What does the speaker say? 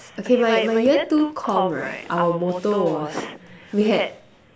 okay my my year two comm right our motto was we had